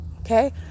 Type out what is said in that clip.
okay